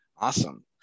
Awesome